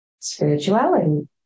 Spirituality